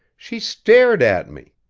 she stared at me!